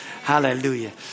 Hallelujah